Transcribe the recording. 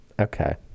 okay